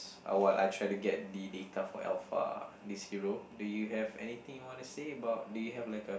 uh while I try to get the data for Alpha this hero do you have anything you want to say about do you have like a